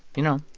you know,